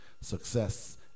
success